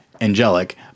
angelic